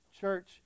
Church